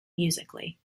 musically